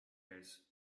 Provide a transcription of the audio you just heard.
ears